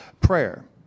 Prayer